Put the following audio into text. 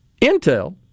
Intel